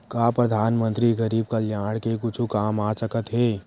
का परधानमंतरी गरीब कल्याण के कुछु काम आ सकत हे